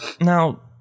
now